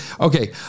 Okay